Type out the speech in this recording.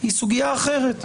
היא סוגייה אחרת.